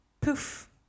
Poof